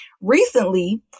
Recently